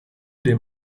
dem